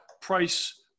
price